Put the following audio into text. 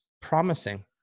promising